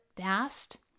fast